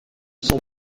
son